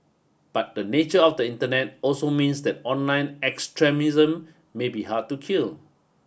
but the nature of the Internet also means that online extremism may be hard to kill